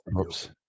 Oops